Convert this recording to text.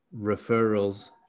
referrals